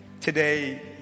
today